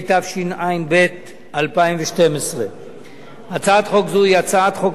התשע"ב 2012. הצעת חוק זו היא הצעת חוק ממשלתית,